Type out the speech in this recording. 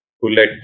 bullet